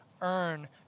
earn